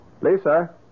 Lisa